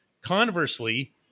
conversely